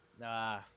Nah